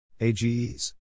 AGEs